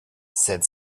said